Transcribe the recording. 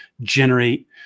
generate